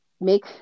make